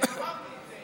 אמרתי את זה.